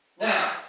Now